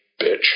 bitch